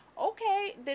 Okay